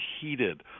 heated